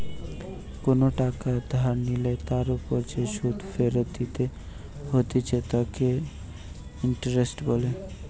কোনো টাকা ধার নিলে তার ওপর যে সুধ ফেরত দিতে হতিছে তাকে ইন্টারেস্ট বলে